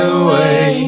away